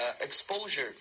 exposure